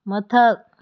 ꯃꯊꯛ